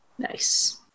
Nice